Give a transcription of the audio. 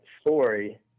story